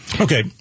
Okay